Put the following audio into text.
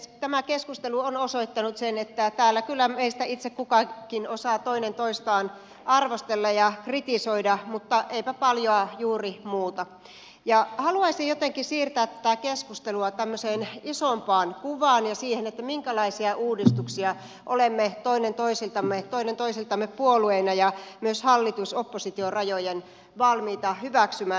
tämä keskustelu on osoittanut sen että täällä kyllä meistä itse kukin osaa toinen toistaan arvostella ja kritisoida mutta eipä paljon juuri muuta ja haluaisin jotenkin siirtää tätä keskustelua tämmöiseen isompaan kuvaan ja siihen minkälaisia uudistuksia olemme toinen toisiltamme puolueina ja myös hallitusoppositio rajojen yli valmiita hyväksymään